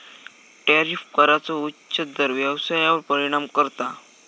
tariff कराचो उच्च दर व्यवसायावर परिणाम करता